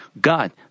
God